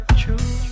true